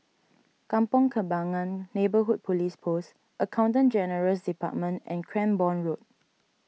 Kampong Kembangan Neighbourhood Police Post Accountant General's Department and Cranborne Road